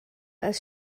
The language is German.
als